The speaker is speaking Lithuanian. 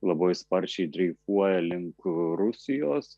labai sparčiai dreifuoja link rusijos